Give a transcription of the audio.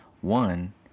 One